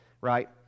right